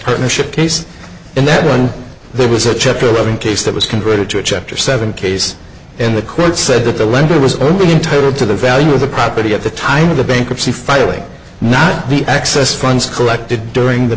partnership case and that one there was a chapter eleven case that was converted to a chapter seven case and the court said that the lender was only entitled to the value of the property at the time of the bankruptcy filing not the excess funds collected during the